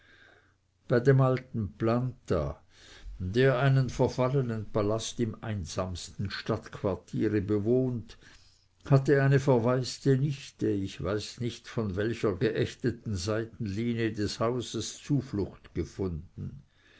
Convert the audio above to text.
bei dem alten planta der einen verfallenen palast im einsamsten stadtquartiere bewohnt hatte eine verwaiste nichte ich weiß nicht von welcher geächteten seitenlinie des hauses zuflucht gefunden